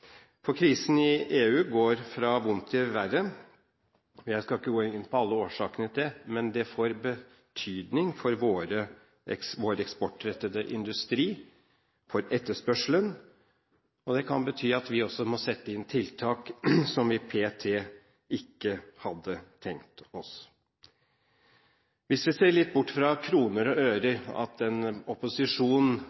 siden? Krisen i EU går fra vondt til verre. Jeg skal ikke gå inn på alle årsakene til det, men det får betydning for vår eksportrettede industri, for etterspørselen, og det kan bety at vi også må sette inn tiltak som vi p.t. ikke hadde tenkt oss. Hvis vi ser litt bort fra kroner og